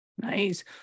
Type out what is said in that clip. Nice